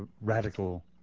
radical